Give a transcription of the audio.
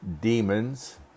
Demons